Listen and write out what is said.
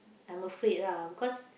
I'm afraid lah because